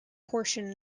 portion